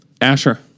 Asher